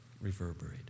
reverberate